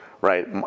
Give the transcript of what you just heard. right